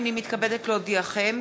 הנני מתכבדת להודיעכם,